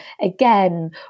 again